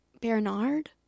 Bernard